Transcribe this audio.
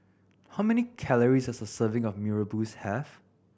how many calories does a serving of Mee Rebus have